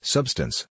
Substance